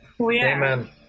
Amen